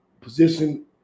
position